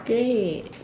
great